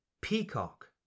peacock